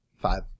Five